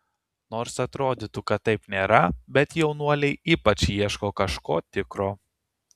nors atrodytų kad taip nėra bet jaunuoliai ypač ieško kažko tikro